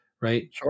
right